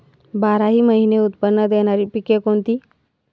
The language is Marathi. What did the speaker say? बाराही महिने उत्त्पन्न देणारी पिके कोणती?